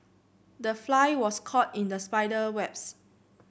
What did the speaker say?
the fly was caught in the spider webs